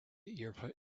your